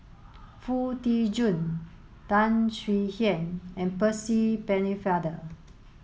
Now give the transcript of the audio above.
Foo Tee Jun Tan Swie Hian and Percy Pennefather